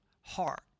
heart